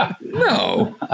No